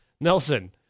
Nelson